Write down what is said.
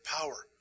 power